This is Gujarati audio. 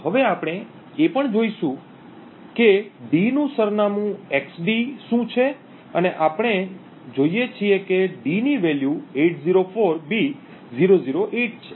તો હવે આપણે એ પણ જોઈશુંજ કે d નું સરનામું xd શું છે અને આપણે જોઈએ છીએ કે d ની વેલ્યુ 804b008 છે